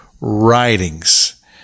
writings